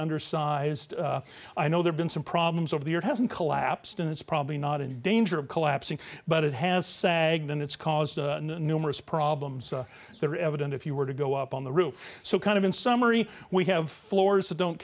undersized i know there's been some problems over there hasn't collapsed and it's probably not in danger of collapsing but it has sagged and it's caused numerous problems that are evident if you were to go up on the roof so kind of in summary we have floors that don't